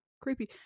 creepy